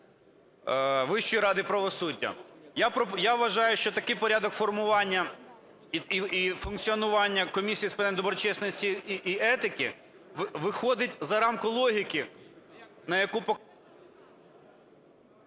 Вищої ради правосуддя. Я вважаю, що такий порядок формування і функціонування Комісії з питань доброчесності і етики, виходить за рамки логіки, на яку…